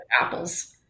Apples